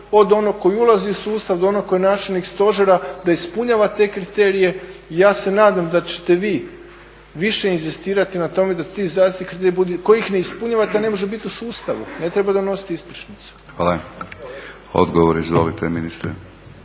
od onog koji ulazi u sustav do onog koji je načelnik stožera da ispunjava te kriterije. I ja se nadam da ćete vi više inzistirati na tome da ti kriteriji tko ih ne ispunjava taj ne može biti u sustavu, ne treba donositi ispričnicu. **Batinić, Milorad